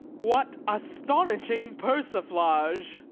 what astonishing persiflage!